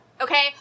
Okay